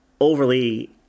overly